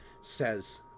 says